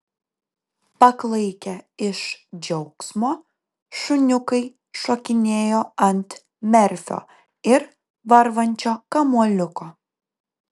paklaikę iš džiaugsmo šuniukai šokinėjo ant merfio ir varvančio kamuoliuko